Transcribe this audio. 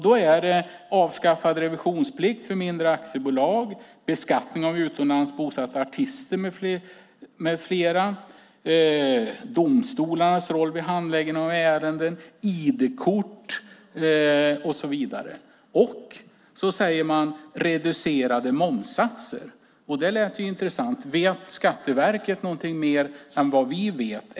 Det är avskaffad revisionsplikt för mindre aktiebolag, beskattning av utomlands bosatta artister med flera, domstolarnas roll vid handläggning av ärenden, ID-kort och så vidare. Man tar också upp reducerade momssatser, vilket låter intressant. Vet Skatteverket mer än vad vi vet?